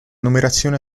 numerazione